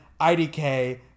IDK